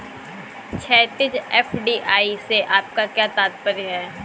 क्षैतिज, एफ.डी.आई से आपका क्या तात्पर्य है?